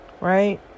Right